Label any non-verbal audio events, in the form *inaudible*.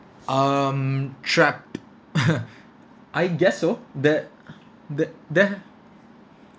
um trapped *laughs* I guess so there there there